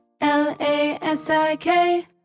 L-A-S-I-K